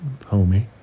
homie